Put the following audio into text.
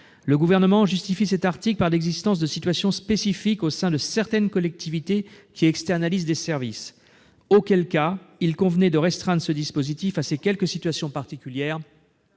Le Gouvernement justifie cet article par l'existence de situations spécifiques au sein de certaines collectivités qui externalisent des services. Il convenait plutôt de restreindre ce dispositif à ces quelques situations particulières,